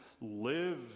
live